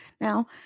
Now